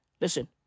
Listen